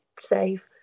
save